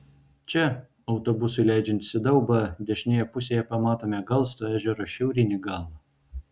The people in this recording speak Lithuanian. čia autobusui leidžiantis į daubą dešinėje pusėje pamatome galsto ežero šiaurinį galą